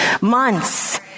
months